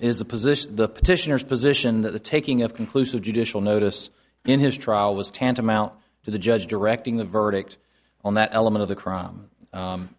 is a position the petitioners position that the taking of conclusive judicial notice in his trial was tantamount to the judge directing the verdict on that element of the crime